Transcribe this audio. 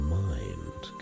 mind